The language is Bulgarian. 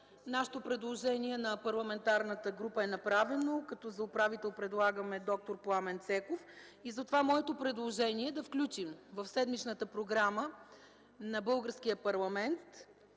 Нашето предложение – на парламентарната група, е направено, като за управител предлагаме д-р Пламен Цеков. Затова моето предложение е да включим в седмичната програма на българския парламент